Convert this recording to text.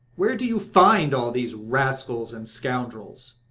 where do you find all these rascals and scoundrels?